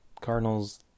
Cardinals